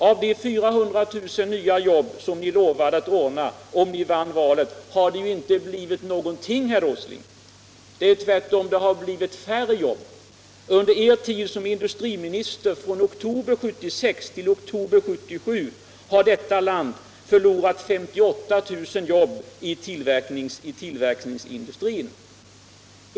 Av de 400 000 nya jobb som ni lovade att ordna om ni vann valet, har det inte blivit någonting, herr Åsling. Tvärtom har det blivit färre jobb. Under er tid som industriminister från oktober 1976 till oktober 1977 har detta land förlorat 58 000 jobb i tillverkningsindustrin.